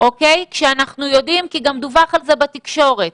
כי אנחנו יודעים, וגם דווח על כך בתקשורת,